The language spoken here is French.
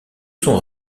son